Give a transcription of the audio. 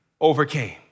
overcame